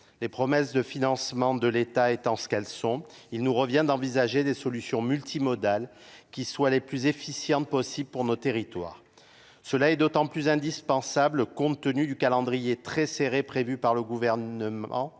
les promesses de financement de l'état étant ce qu'elles sont. Il nous revient d'envisager des solutions multimodales qui soient les plus efficientes possible pour nos territoires. Cela est d'autant plus indispensable compte tenu du calendrier très serré prévu par le Gouvernement